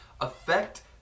affect